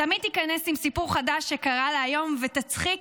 תמיד תיכנס עם סיפור חדש שקרה לה היום ותצחיק